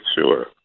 sure